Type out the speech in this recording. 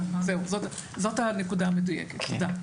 זהו, זאת הנקודה המדויקת, תודה.